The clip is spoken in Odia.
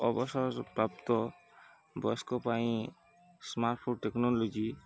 ଅବସର ପ୍ରାପ୍ତ ବୟସ୍କ ପାଇଁ ସ୍ମାର୍ଟଫୋନ୍ ଟେକ୍ନୋଲୋଜି